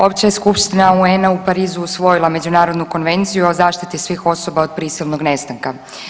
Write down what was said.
Opća skupština UN-a u Parizu usvojila Međunarodnu konvenciju o zaštiti svih osoba od prisilnog nestanka.